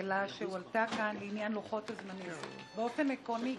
הצעת הוועדה הזמנית לענייני כספים בדבר צו